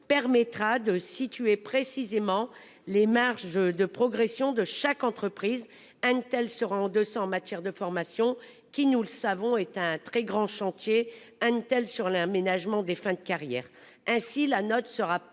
permettra de situer précisément les marges de progression de chaque entreprise un tel seront 200 en matière de formation qui, nous le savons, est un très grand chantier. Un hôtel sur l'aménagement des fins de carrière.